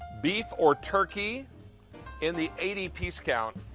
before turkey in the eighty piece count,